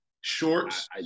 shorts